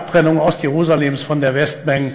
אחת המחלוקות היא כמובן ההתנחלויות.